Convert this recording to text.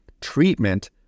treatment